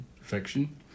fiction